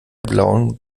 blauen